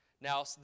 Now